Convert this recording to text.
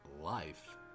life